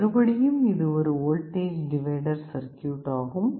மறுபடியும் இது ஒரு வோல்டேஜ் டிவைடர் சர்க்யூட் ஆகும்